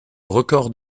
record